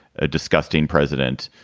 a disgusting president,